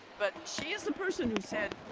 but she is the person who said